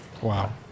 Wow